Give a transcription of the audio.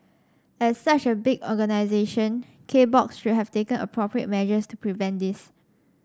as such a big organisation K Box should have taken appropriate measures to prevent this